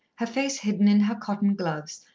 her face hidden in her cotton gloves,